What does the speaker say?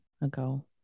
ago